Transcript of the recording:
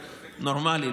נורמלי,